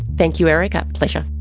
thank you erica, pleasure.